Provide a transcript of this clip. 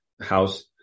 house